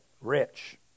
rich